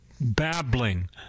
babbling